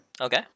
Okay